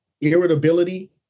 irritability